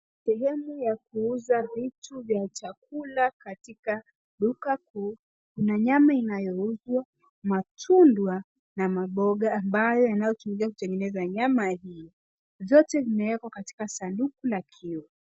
Sehemu ya kuuza vitu vya chakula katika duka kuu. Kuna nyama inayouzwa, matunda na maboga ambayo yanatumika kutengeneza nyama hii. Zote zimewekwa katika sanduku la kioo.